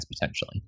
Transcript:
potentially